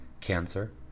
cancer